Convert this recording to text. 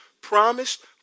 promised